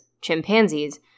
chimpanzees